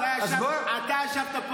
לא סתם יש --- שמחכים למותה.